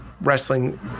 wrestling